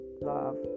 love